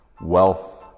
wealth